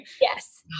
Yes